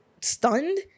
stunned